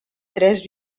tres